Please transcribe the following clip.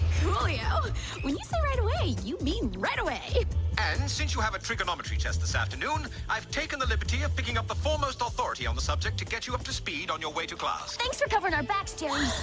royal yeah when yes so right away, you mean right away and since you have a trigonometry test this afternoon i've taken the liberty of picking up the foremost authority on the subject to get you up to speed on your way to class thanks recovered our bath toys